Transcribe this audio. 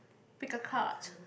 pick a card